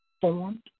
formed